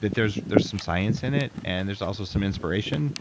that there's there's some science in it, and there's also some inspiration.